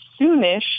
soonish